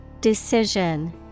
Decision